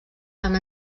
amb